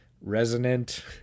resonant